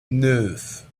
neuf